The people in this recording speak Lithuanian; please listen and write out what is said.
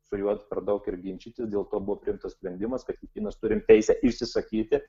su juo per daug ir ginčytis dėl to buvo priimtas sprendimas kad kiekvienas turime teisę išsisakyti